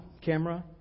camera